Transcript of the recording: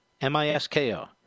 M-I-S-K-O